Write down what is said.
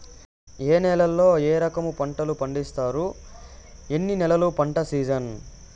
ఏ నేలల్లో ఏ రకము పంటలు పండిస్తారు, ఎన్ని నెలలు పంట సిజన్?